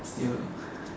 still